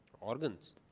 Organs